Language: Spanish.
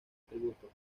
tributo